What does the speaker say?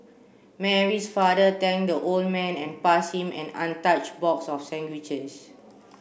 Mary's father thanked the old man and pass him an untouched box of sandwiches